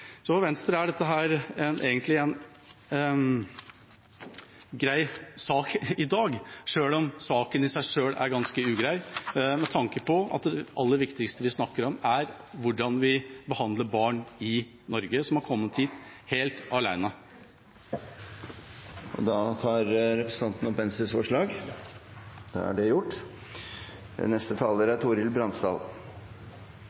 For Venstre er dette egentlig en grei sak i dag, selv om saken i seg selv er ganske ugrei med tanke på at det aller viktigste vi snakker om, er hvordan vi i Norge behandler barn som har kommet hit helt alene. Tar representanten opp Venstres forslag? Ja. Representanten Ketil Kjenseth har tatt opp det